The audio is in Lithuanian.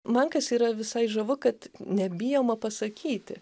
man kas yra visai žavu kad nebijoma pasakyti